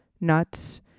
nuts